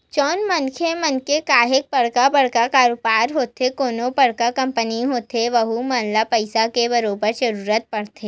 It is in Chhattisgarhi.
जउन मनखे मन के काहेक बड़का बड़का कारोबार होथे कोनो बड़का कंपनी होथे वहूँ मन ल पइसा के बरोबर जरूरत परथे